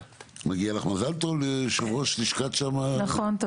מגיע לך מזל טוב ליושב ראש לשכת שמאי מקרקעין.